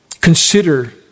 Consider